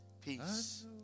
peace